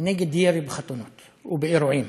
נגד ירי בחתונות ובאירועים.